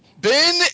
ben